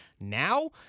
Now –